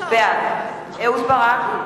בעד אהוד ברק,